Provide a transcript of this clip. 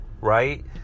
right